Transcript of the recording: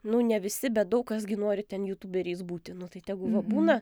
nu ne visi bet daug kas gi nori ten jutuberiais būti nu tai